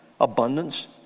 abundance